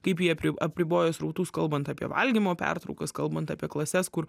kaip jie apriboja srautus kalbant apie valgymo pertraukas kalbant apie klases kur